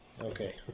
Okay